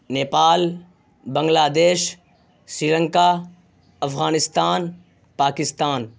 Nepal Bangladesh Sri Lanka Afghanistan Pakistan